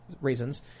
reasons